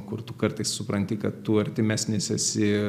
kur tu kartais supranti kad tu artimesnis esi